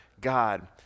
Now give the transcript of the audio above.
God